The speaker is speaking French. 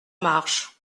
marche